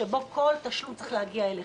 לפיו כל תשלום צריך להגיע אליך.